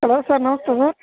hello sir ನಮಸ್ತೆ